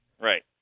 Right